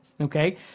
okay